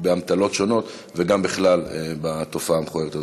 באמתלות שונות, וגם בכלל בתופעה המכוערת הזאת.